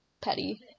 petty